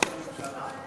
הממשלה?